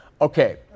Okay